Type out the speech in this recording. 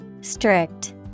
Strict